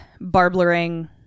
barblering